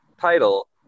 title